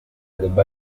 debba